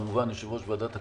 כמובן יושב-ראש ועדת הכספים,